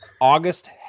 August